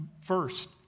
first